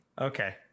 Okay